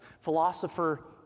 Philosopher